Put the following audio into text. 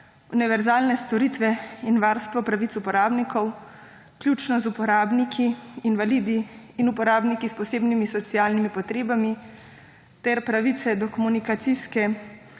univerzalne storitve in varstvo pravic uporabnikov, vključno z uporabniki invalidi in uporabniki s posebnimi socialnimi potrebami, ter pravice do komunikacijske